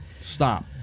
Stop